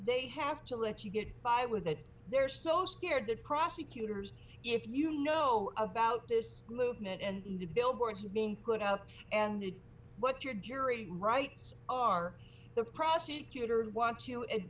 they have to let you get by with that they're so scared that prosecutors if you know about this movement and the billboards are being put out and the what your jury rights are the prosecutors want you and